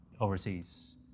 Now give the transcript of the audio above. overseas